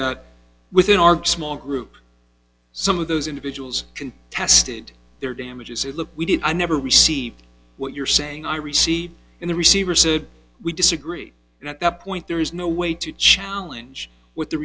that within our small group some of those individuals can tested their damages it look we did i never received what you're saying i received in the receiver said we disagree and at that point there is no way to challenge what the